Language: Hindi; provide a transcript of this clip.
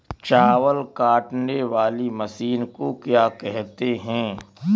चावल काटने वाली मशीन को क्या कहते हैं?